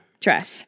trash